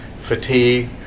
fatigue